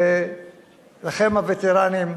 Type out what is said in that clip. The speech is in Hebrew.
ולכם, הווטרנים,